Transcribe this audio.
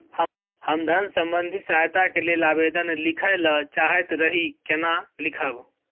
हम धन संबंधी सहायता के लैल आवेदन लिखय ल चाहैत रही केना लिखब?